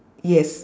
yes